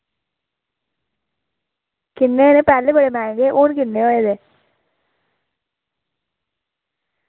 किन्ने न पैह्लें बड़े मैंह्गें हून किन्ने होए दे